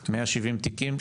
170 תיקים.